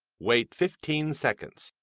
wait fifteen seconds.